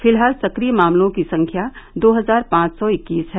फिलहाल सक्रिय मामलों की संख्या दो हजार पांच सौ इक्कीस है